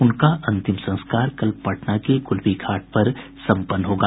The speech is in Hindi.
उनका अंतिम संस्कार कल पटना के गुलबी घाट पर सम्पन्न होगा